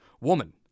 Woman